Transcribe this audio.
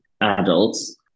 adults